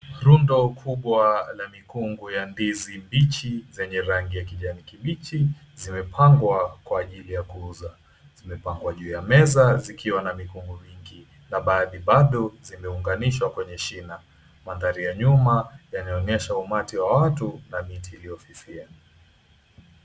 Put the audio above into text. Rundo kubwa la mikungu ya ndizi mbichi zenye rangi ya kijani kibichi zimepangwa kwa ajili ya kuuza. Zimepangwa juu ya meza zikiwa na mikungu mingi na baadhi bado zimeunganishwa kwenye shina maandhari ya nyuma inaonyesha umati wa watu na miti iliyofifia.